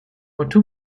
mobutu